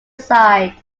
side